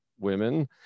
women